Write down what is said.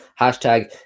hashtag